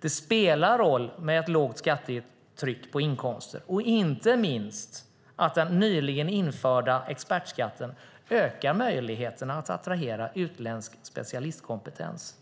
Det spelar roll med ett lågt skattetryck på inkomster och inte minst att den nyligen införda expertskatten ökar möjligheterna att attrahera utländsk specialistkompetens.